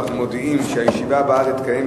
ואנחנו מודיעים שהישיבה הבאה תתקיים,